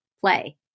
play